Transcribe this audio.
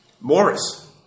Morris